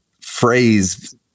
phrase